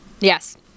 Yes